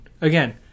Again